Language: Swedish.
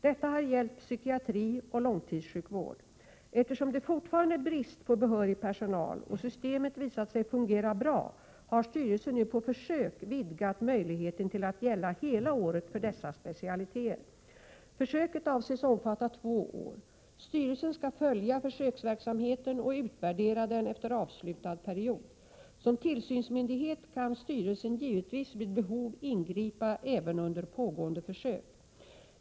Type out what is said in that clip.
Detta har gällt psykiatri och långtidssjukvård. Eftersom det fortfarande är brist på behörig personal och systemet visat sig fungera bra har styrelsen nu på försök vidgat möjligheten till att gälla hela året för dessa specialiteter. Försöket avses omfatta två år. Styrelsen skall följa försöksverksamheten och utvärdera den efter avslutad period. Som tillsynsmyndighet kan styrelsen givetvis vid behov ingripa även under pågående försök.